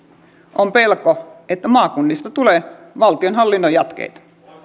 on pelko että maakunnista tulee valtionhallinnon jatkeita